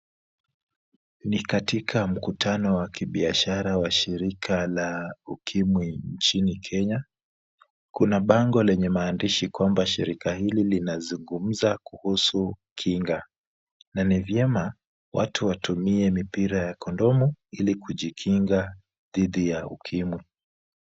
Ni katika mkutano wa kibiashara wa shirika la ukimwi nchini Kenya. Kuna bango lenye maandishi kwamba shirika hili linazungumza kuhusu kinga. Na ni vyema watu watumie mipira ya kondomu ili kujikinga dhidi ya ukimwi.